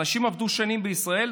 אנשים עבדו שנים בישראל,